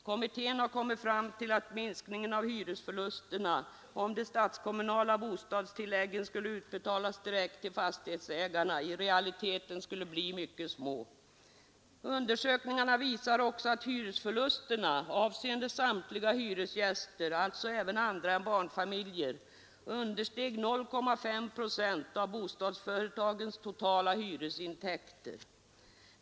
Kommittén har kommit fram till att minskningen av hyresförlusterna, om de statskommunala bostadstilläggen skulle utbetalas direkt till fastighetsägarna, i realiteten skulle bli mycket små. Undersökningarna visar också att hyresförlusterna — avseende samtliga hyresgäster, alltså även andra än barnfamiljer — understeg 0,5 procent av bostadsföretagens totala hyresintäkter.